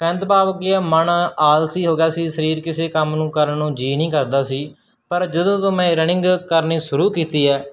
ਕਹਿਣ ਤੋਂ ਭਾਵ ਕੀ ਹੈ ਮਨ ਆਲਸੀ ਹੋ ਗਿਆ ਸੀ ਸਰੀਰ ਕਿਸੇ ਕੰਮ ਨੂੰ ਕਰਨ ਨੂੰ ਜੀਅ ਨਹੀਂ ਕਰਦਾ ਸੀ ਪਰ ਜਦੋਂ ਤੋਂ ਮੈਂ ਰਨਿੰਗ ਕਰਨੀ ਸ਼ੁਰੂ ਕੀਤੀ ਹੈ